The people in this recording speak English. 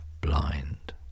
blind